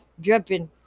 dripping